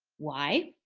why?